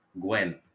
Gwen